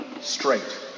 straight